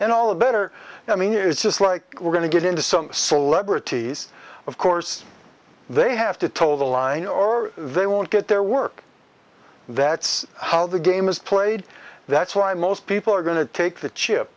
and all the better i mean is just like we're going to get into some celebrities of course they have to tow the line or they won't get their work that's how the game is played that's why most people are going to take the chip